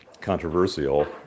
controversial